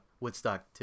Woodstock